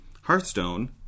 Hearthstone